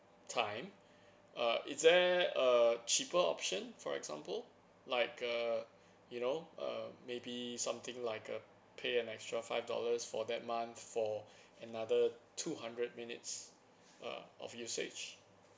time uh is there a cheaper option for example like a you know uh maybe something like a pay an extra five dollars for that month for another two hundred minutes uh of usage